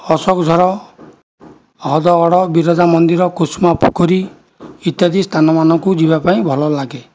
ଅଶୋକ ଝର ହ୍ରଦଗଡ଼ ବିରଜା ମନ୍ଦିର କୁସୁମ ପୋଖରୀ ଇତ୍ୟାଦି ସ୍ଥାନ ମାନଙ୍କୁ ଯିବାପାଇଁ ଭଲଲାଗେ